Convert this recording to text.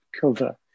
cover